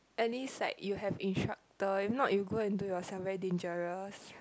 at least like you have instructor if not you go and do yourself very dangerous